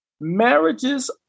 Marriages